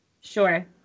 Sure